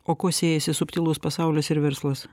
o kuo siejasi subtilus pasaulis ir verslas